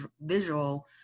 visual